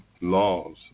laws